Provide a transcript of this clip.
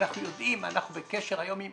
אנחנו יודעים, אנחנו בקשר היום עם